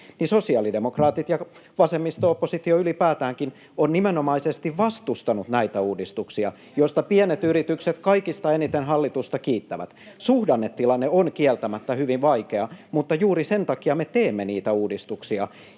niin sosiaalidemokraatit ja vasemmisto-oppositio ylipäätäänkin ovat nimenomaisesti vastustaneet näitä uudistuksia, joista pienet yritykset kaikista eniten hallitusta kiittävät. Suhdannetilanne on kieltämättä hyvin vaikea, mutta juuri sen takia me teemme niitä uudistuksia,